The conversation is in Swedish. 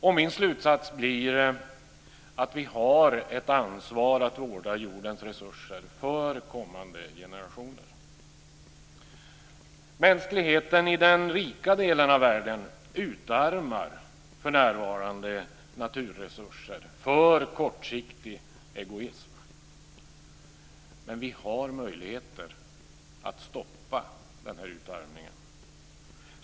Och min slutsats blir att vi har ett ansvar att vårda jordens resurser för kommande generationer. Mänskligheten i den rika delen av världen utarmar för närvarande naturresurser för kortsiktig egoism. Men vi har möjligheter att stoppa den här utarmningen.